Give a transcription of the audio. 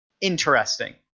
interesting